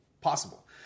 possible